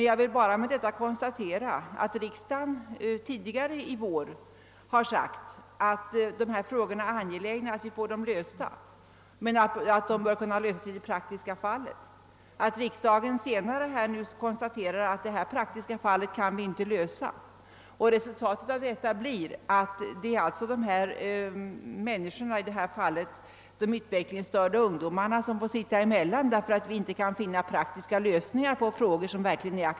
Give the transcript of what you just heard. Jag vill emellertid konstatera att riksdagen tidigare i år har sagt att det är angeläget att lösa dessa frågor men att de bör lösas i de praktiska fallen. Riksdagen konstaterar nu att dessa praktiska fall kan man inte lösa. Resultatet blir att de utvecklingsstörda ungdomarna får sitta emellan för att vi inte kan finna praktiska lösningar på aktuella frågor.